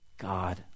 God